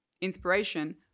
inspiration